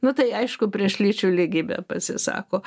nu tai aišku prieš lyčių lygybę pasisako